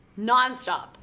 nonstop